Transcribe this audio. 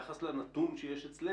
אני מדבר על הפער ביחס לנתון שיש אצלנו.